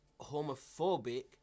homophobic